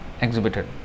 exhibited